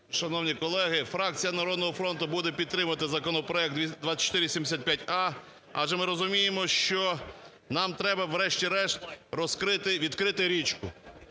Шановні колеги, фракція "Народного фронту" буде підтримувати законопроект 2475а, адже ми розуміємо, що нам треба врешті-решт розкрити…